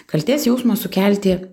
kaltės jausmo sukelti